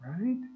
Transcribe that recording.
right